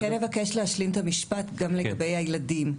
אני כן אבקש להשלים את המשפט גם לגבי הילדים,